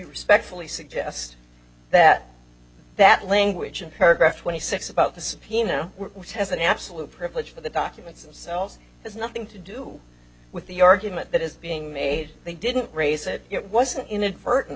respectfully suggest that that language and paragraph twenty six about the subpoena which has an absolute privilege for the documents themselves has nothing to do with the argument that is being made they didn't raise it it wasn't inadvertent